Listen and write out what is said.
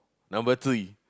number three